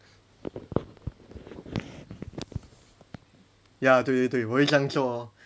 ya 对对对我会这样做咯